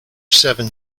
seven